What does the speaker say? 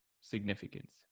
significance